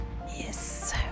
Yes